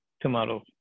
tomorrow